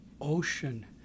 ocean